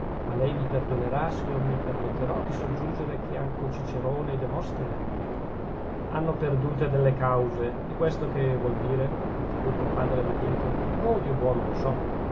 ma lei mi perdonerà se io mi permetterò di soggiungere che anco cicerone e demostene hanno perdute delle cause è questo che vuol dire interruppe il padre anacleto oh dio buono lo so